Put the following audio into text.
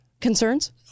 Concerns